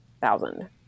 thousand